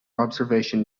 observation